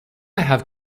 have